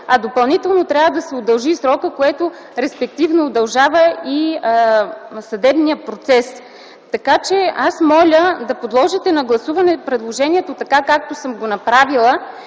а допълнително трябва да се удължи срокът, което респективно удължава и съдебния процес. Моля да подложите на гласуване предложението, така както съм го направила.